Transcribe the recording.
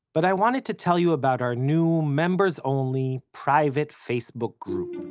but i wanted to tell you about our new members only, private facebook group.